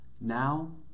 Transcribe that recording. now